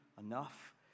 enough